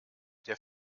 der